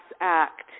act